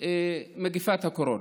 מגפת הקורונה.